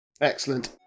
Excellent